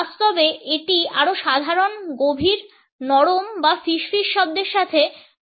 বাস্তবে এটি আরও সাধারণ গভীর নরম বা ফিসফিস শব্দের সাথে যুক্ত হতে পারে